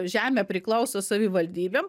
žemė priklauso savivaldybėm